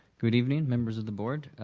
good evening members of the board.